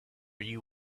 you